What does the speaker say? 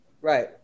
Right